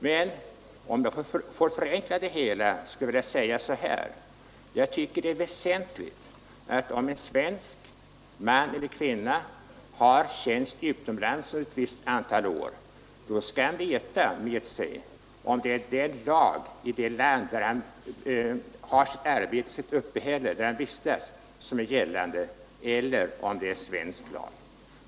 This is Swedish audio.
Men om jag får förenkla det hela skulle jag vilja säga så här: Det är väsentligt att svensk man eller kvinna som har tjänst utomlands ett visst antal år kan veta om det är lagen i det land där han eller hon vistas som gäller eller om det är svensk lag.